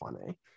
funny